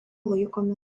laikomi